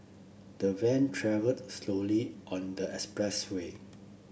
the van travelled slowly on the expresway